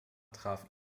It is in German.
traf